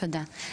תודה.